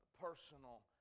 personal